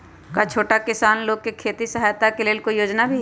का छोटा किसान लोग के खेती सहायता के लेंल कोई योजना भी हई?